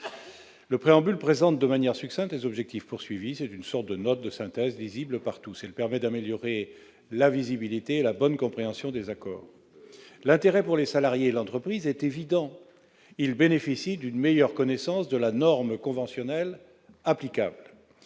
le préambule présente de manière succincte les objectifs visés. Il s'agit d'une sorte de note de synthèse, lisible par tous, qui permet d'améliorer la visibilité et la bonne compréhension des accords. L'intérêt pour les salariés et l'entreprise est évident : ils bénéficient ainsi d'une meilleure connaissance de la norme conventionnelle applicable.